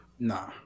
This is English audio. Nah